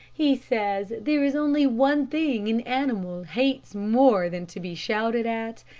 he says there is only one thing an animal hates more than to be shouted at,